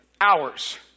hours